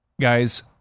Guys